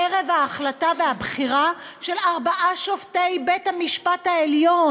ערב ההחלטה והבחירה של ארבעה שופטים לבית-המשפט העליון.